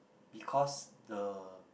because the